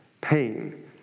pain